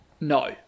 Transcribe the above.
No